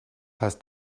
heißt